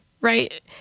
right